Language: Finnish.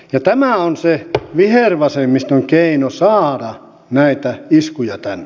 ja tämä on se vihervasemmiston keino saada näitä iskuja tänne